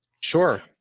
Sure